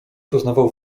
poznawał